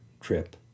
trip